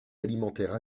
alimentaires